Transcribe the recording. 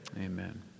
Amen